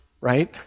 right